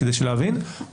כדי שנבין,